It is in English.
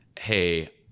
hey